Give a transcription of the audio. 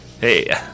Hey